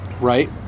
Right